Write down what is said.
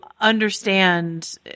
understand